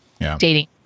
dating